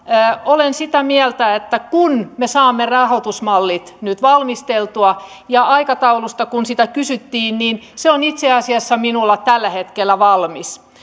olen sitä mieltä että kun me saamme rahoitusmallit nyt valmisteltua ja aikataulusta kun sitä kysyttiin niin se on itse asiassa minulla tällä hetkellä valmis